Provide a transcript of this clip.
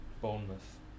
Bournemouth